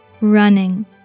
running